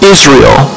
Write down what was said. Israel